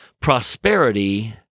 prosperity